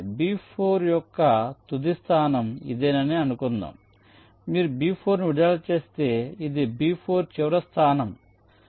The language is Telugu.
B4 యొక్క తుది స్థానం ఇదేనని అనుకుందాం మీరు B4 ను విడుదల చేస్తే ఇది B4 చివరి స్థానం